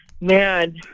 Man